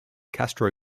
castro